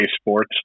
sports